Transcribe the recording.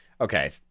Okay